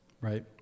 Right